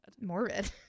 Morbid